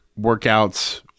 workouts